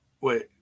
Wait